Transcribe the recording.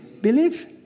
believe